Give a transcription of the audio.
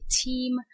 team